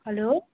hello